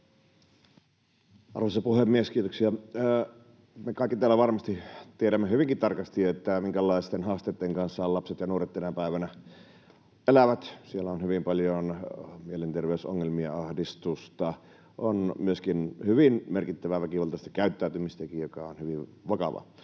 Arvoisa puhemies, kiitoksia! Me kaikki täällä varmasti tiedämme hyvinkin tarkasti, minkälaisten haasteitten kanssa lapset ja nuoret tänä päivänä elävät. Siellä on hyvin paljon mielenterveysongelmia, ahdistusta, on myöskin hyvin merkittävää väkivaltaistakin käyttäytymistä, mikä on hyvin vakavaa.